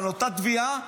על אותה תביעה.